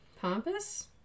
Pompous